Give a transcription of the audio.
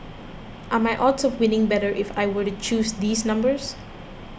are my odds of winning better if I were to choose these numbers